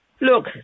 Look